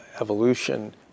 evolution